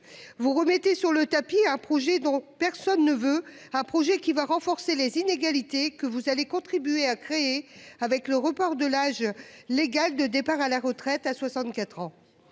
vous remettez sur le tapis un projet dont personne ne veut un projet qui va renforcer les inégalités que vous avez contribué à créer avec le report de l'âge légal de départ à la retraite à 64 ans.